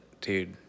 dude